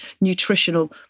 nutritional